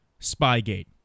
Spygate